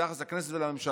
ביחס לכנסת ולממשלה,